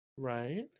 Right